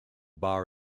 bar